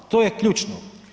To je ključno.